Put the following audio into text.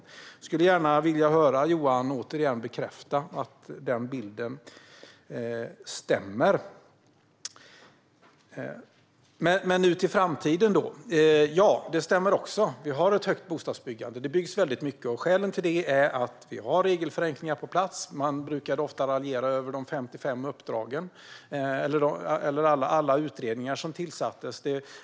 Jag skulle gärna vilja höra Johan Löfstrand bekräfta att den bilden stämmer. Om vi talar om framtiden så stämmer det att vi har ett högt bostadsbyggande. Det byggs väldigt mycket, och skälen till detta är att vi har regelförenklingar på plats. Man brukade ofta raljera över de 55 uppdragen eller alla utredningar som tillsattes.